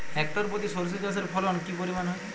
Hectare প্রতি সর্ষে চাষের ফলন কি পরিমাণ হয়?